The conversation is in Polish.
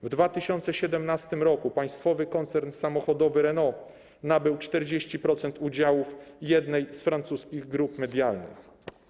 W 2017 r. państwowy koncern samochodowy Renault nabył 40% udziałów jednej z francuskich grup medialnych.